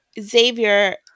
Xavier